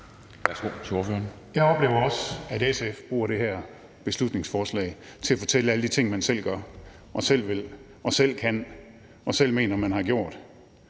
Jeg oplever også, at SF bruger det her beslutningsforslag til at fortælle om alle de ting, man selv gør og selv vil og selv kan og selv mener man har gjort,